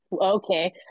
Okay